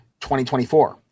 2024